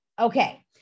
Okay